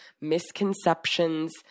misconceptions